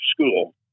school